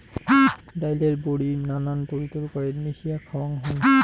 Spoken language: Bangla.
ডাইলের বড়ি নানান তরিতরকারিত মিশিয়া খাওয়াং হই